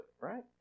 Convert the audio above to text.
right